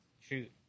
Shoot